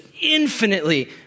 infinitely